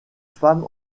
femme